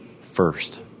first